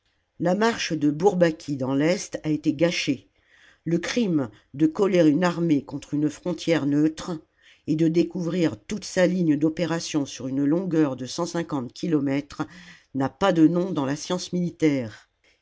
la marche de bourbaki dans l'est a été gâchée le crime de coller une armée contre une frontière neutre et de découvrir toute sa ligne d'opérations sur une longueur de kilomètres n'a pas de nom dans la science militaire